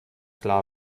klar